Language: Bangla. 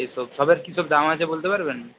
এইসব সবের কী সব দাম আছে বলতে পারবেন